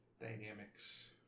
Dynamics